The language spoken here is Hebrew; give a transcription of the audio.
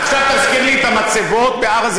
אתה עכשיו תזכיר לי את המצבות בהר-הזיתים,